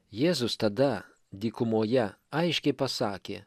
jėzus tada dykumoje aiškiai pasakė